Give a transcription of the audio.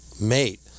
mate